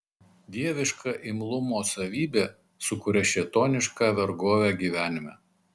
dieviška imlumo savybė sukuria šėtonišką vergovę gyvenime